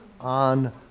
on